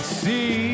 see